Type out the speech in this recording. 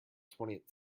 twentieth